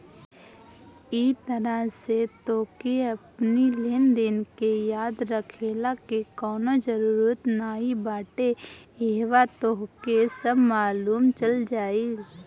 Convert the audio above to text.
इ तरही से तोहके अपनी लेनदेन के याद रखला के कवनो जरुरत नाइ बाटे इहवा तोहके सब मालुम चल जाई